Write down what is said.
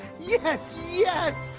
yes, yes.